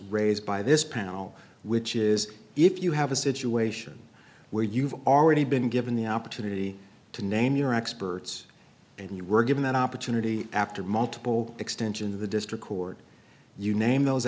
raised by this panel which is if you have a situation where you've already been given the opportunity to name your experts and you were given an opportunity after multiple extension of the district court you name those